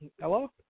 Hello